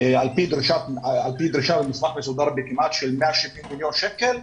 על פי דרישה במסמך מסודר בסכום של כמעט 170 מיליון שקלים,